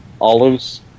olives